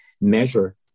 measure